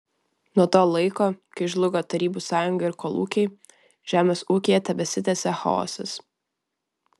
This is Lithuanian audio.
nuo to laiko kai žlugo tarybų sąjunga ir kolūkiai žemės ūkyje tebesitęsia chaosas